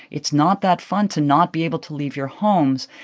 it's not that fun to not be able to leave your homes.